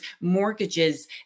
mortgages